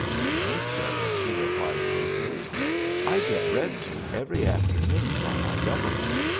no, sir, he replied sleepily i get read to every afternoon by my governess,